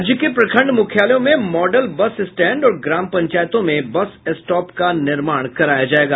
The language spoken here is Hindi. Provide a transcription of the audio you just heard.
राज्य के प्रखंड मुख्यालयों में मॉडल बस स्टैंड और ग्राम पंचायतों में बस स्टॉप का निर्माण कराया जायेगा